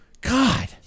God